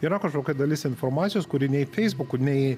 yra kažkokia dalis informacijos kuri nei feisbuku nei